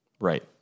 Right